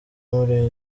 muri